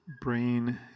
Brain